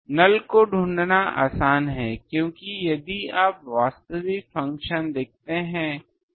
नल को ढूंढना आसान है क्योंकि यदि आप वास्तविक फंक्शन देखते हैं